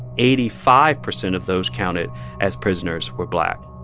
eighty five percent of those counted as prisoners were black